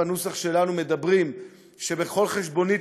בנוסח שלנו אנחנו אומרים שבכל חשבונית,